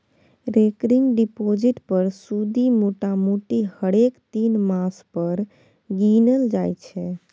recurring deposit पर सुदि मोटामोटी हरेक तीन मास पर गिनल जाइ छै